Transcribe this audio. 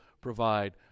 provide